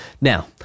now